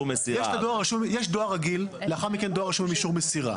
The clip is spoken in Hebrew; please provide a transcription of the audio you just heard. יש דואר רגיל ולאחר מכן דואר רשום עם אישור מסירה.